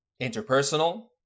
Interpersonal